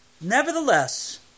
Nevertheless